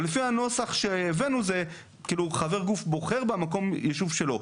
אבל לפי הנוסח שהבאנו זה חבר גוף בוחר במקום יישוב שלו.